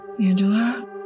Angela